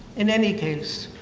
in any case.